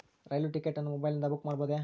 ರೈಲು ticket ಅನ್ನು ಮೊಬೈಲಿಂದ book ಮಾಡಬಹುದೆ?